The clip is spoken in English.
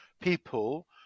people